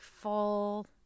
full